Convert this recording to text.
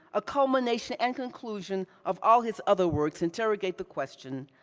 ah culmination and conclusion of all his other works, interrogate the question,